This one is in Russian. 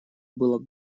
было